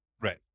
right